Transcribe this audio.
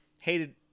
hated